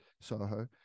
soho